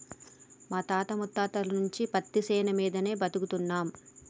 మా తాత ముత్తాతల నుంచి పత్తిశేను మీదనే బతుకుతున్నం